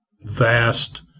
vast